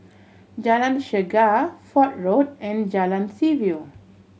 Jalan Chegar Fort Road and Jalan Seaview